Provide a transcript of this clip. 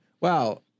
Wow